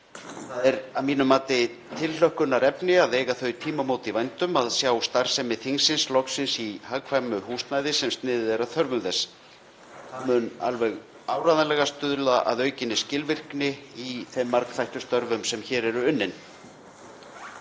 Það er að mínu mati tilhlökkunarefni að eiga þau tímamót í vændum að sjá starfsemi þingsins loksins í hagkvæmu húsnæði sem sniðið er að þörfum þess. Það mun alveg áreiðanlega stuðla að aukinni skilvirkni í þeim margþættu störfum sem hér eru unnin.